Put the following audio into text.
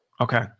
Okay